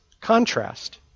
contrast